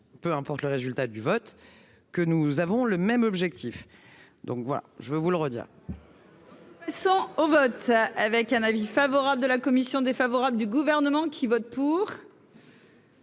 peu importe le résultat du vote que nous avons le même objectif, donc voilà, je vais vous le Rhodia.